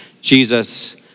Jesus